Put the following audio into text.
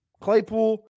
Claypool